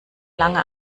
lange